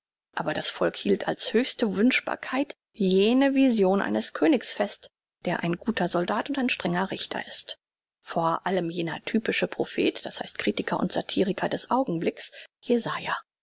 aber das volk hielt als höchste wünschbarkeit jene vision eines königs fest der ein guter soldat und ein strenger richter ist vor allem jener typische prophet das heißt kritiker und satiriker des augenblicks jesaia